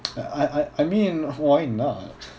I I I mean why not